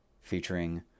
featuring